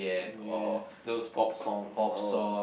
yes those pop songs oh